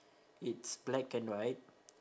it's black and white